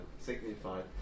signified